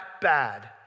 bad